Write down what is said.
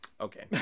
Okay